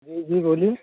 जी जी बोलिये